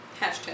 Hashtag